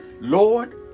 Lord